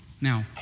Now